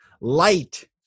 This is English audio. light